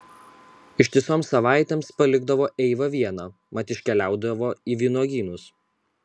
ištisoms savaitėms palikdavo eivą vieną mat iškeliaudavo į vynuogynus